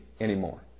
anymore